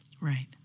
Right